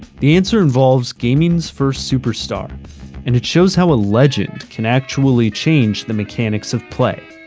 the answer involves gaming's first superstar and it shows how a legend can actually change the mechanics of play.